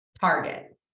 target